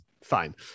fine